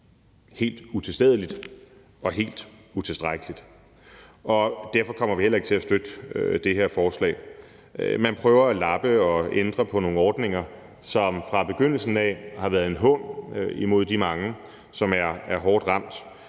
helt utilstedeligt og helt utilstrækkeligt. Derfor kommer vi heller ikke til at støtte det her forslag. Man prøver at lappe og ændre på nogle ordninger, som fra begyndelsen af har været en hån imod de mange, som er hårdt ramt.